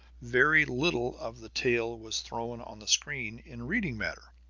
very little of the tale was thrown on the screen in reading matter,